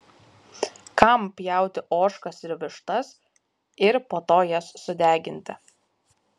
kam pjauti ožkas ir vištas ir po to jas sudeginti